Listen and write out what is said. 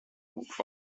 muffa